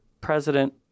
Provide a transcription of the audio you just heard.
president